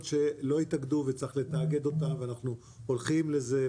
של התאגדו וצריך להתנהל מולן ואנחנו הולכים לזה,